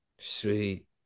Sweet